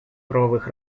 правовых